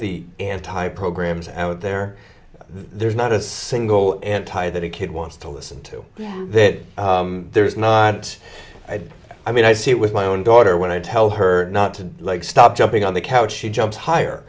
the anti programs out there there's not a single anti that a kid wants to listen to that there's not i mean i see it with my own daughter when i tell her not to like stop jumping on the couch she jumps higher